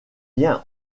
lien